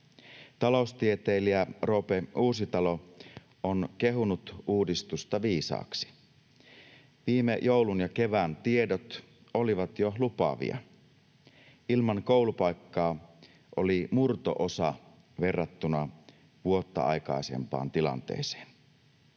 Taloustieteilijä Roope Uusitalo on kehunut uudistusta viisaaksi. Viime joulun ja kevään tiedot olivat jo lupaavia. Ilman koulupaikkaa oli murto-osa verrattuna vuotta aikaisempaan tilanteeseen.